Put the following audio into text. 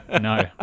no